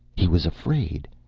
he was afraid.